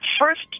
first